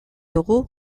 dugu